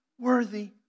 worthy